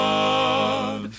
God